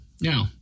Now